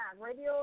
radio